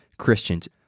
Christians